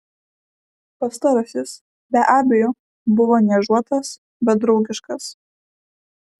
pastarasis be abejo buvo niežuotas bet draugiškas